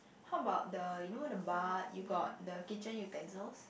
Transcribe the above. how about the you know the bar you got the kitchen utensils